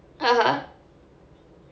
(uh huh)